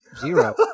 Zero